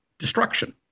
destruction